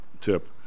Tip